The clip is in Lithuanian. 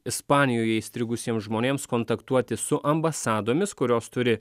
ispanijoje įstrigusiems žmonėms kontaktuoti su ambasadomis kurios turi